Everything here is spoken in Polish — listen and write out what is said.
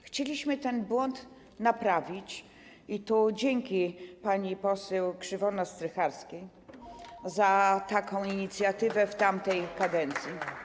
Chcieliśmy ten błąd naprawić i tu dziękuję pani poseł Krzywonos-Strycharskiej za taką inicjatywę w tamtej kadencji.